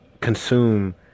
consume